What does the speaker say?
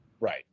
Right